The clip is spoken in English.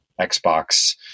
Xbox